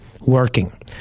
working